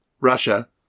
Russia